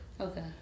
Okay